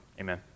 Amen